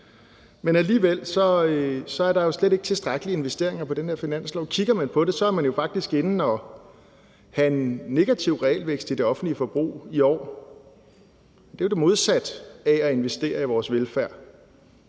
Men alligevel er der jo slet ikke tilstrækkelige investeringer på den her finanslov. Kigger man på det, er man jo faktisk inde at have en negativ realvækst i det offentlige forbrug i år. Det er jo det modsatte af at investere i vores velfærd.